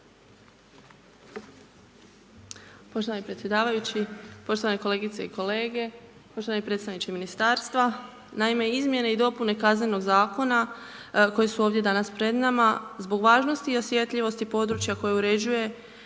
Poštovani predsjedavajući, poštovane kolegice i kolege, poštovani predstavniče ministarstva. Naime, izmjene i dopune Kaznenog zakona koje su ovdje danas pred nama zbog važnosti i osjetljivosti područja koje uređuje